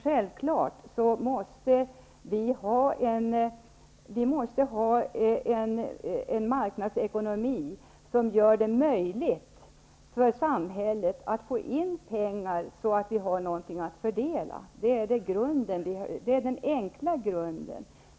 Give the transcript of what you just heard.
Självfallet måste vi ha en marknadsekonomi som gör det möjligt för samhället att få in pengar, så att det finns någonting att fördela. Detta är den enkla grunden.